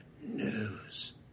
news